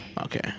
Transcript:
Okay